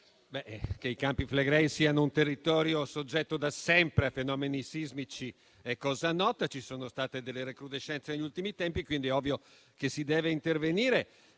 che i Campi Flegrei siano un territorio soggetto da sempre a fenomeni sismici è cosa nota. Ci sono state alcune recrudescenze negli ultimi tempi, per cui è ovvio che si debba intervenire